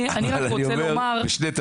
אני תושב עיריית ירושלים וגם מכיר קצת,